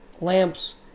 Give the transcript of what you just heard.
lamps